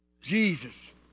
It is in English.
Jesus